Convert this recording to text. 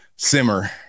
Simmer